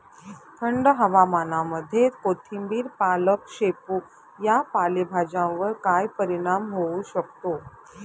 थंड हवामानामध्ये कोथिंबिर, पालक, शेपू या पालेभाज्यांवर काय परिणाम होऊ शकतो?